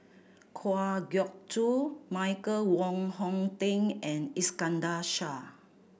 Kwa Geok Choo Michael Wong Hong Teng and Iskandar Shah